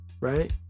Right